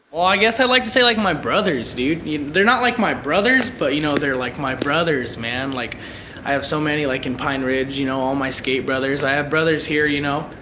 well, i guess i'd like to say like my brothers, dude. you they're not like my brothers but you know, they're like my brothers, man. like i have so many like in pine ridge you know, all my skate brothers. i have brothers here, you know?